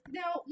now